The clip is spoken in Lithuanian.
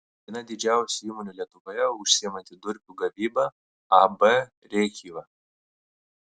viena didžiausių įmonių lietuvoje užsiimanti durpių gavyba ab rėkyva